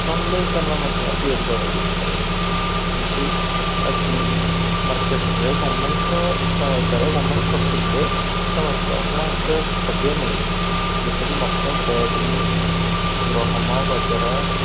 non veg ଦାନା ମଧ୍ୟ ତିଆରି କରାଯାଇଥାଏ କିନ୍ତୁ ଆଜି ମାର୍କେଟରେ ଗମେଣ୍ଟର ସହାୟତରେ ଗମେଣ୍ଟ ସବସିଡିରେ ସମସ୍ତ ପ୍ଳାଣ୍ଟ ବେସ୍ ଖାଦ୍ୟ ମିଳୁଛି ଯେପରି ମକା ସୋୟାବିିନ ଗହମ ବାଜରା